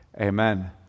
amen